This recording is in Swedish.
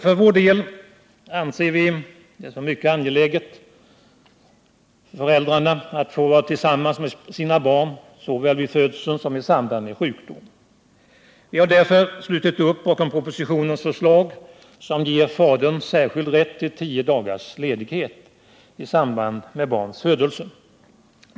För vår del anser vi det som mycket angeläget för föräldrarna att få vara tillsammans med sina barn såväl vid födelsen som i samband med sjukdom. Vi har därför slutit upp bakom propositionens förslag, som ger fadern särskild rätt till tio dagars ledighet i samband med barns födelse.